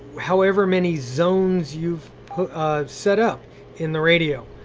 however many zones you've set up in the radio.